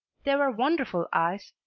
they were wonderful eyes,